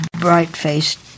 bright-faced